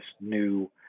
new